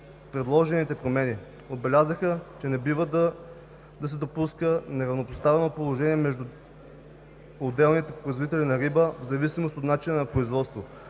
предложените промени. Отбелязаха, че не бива да се допуска неравнопоставено положение както между отделните производители на риба в зависимост от начина на производство,